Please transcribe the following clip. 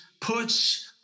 PUTs